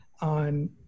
on